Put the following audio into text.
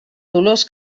dolors